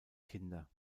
kinder